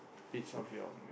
bits of your m~